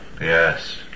Yes